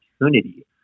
opportunity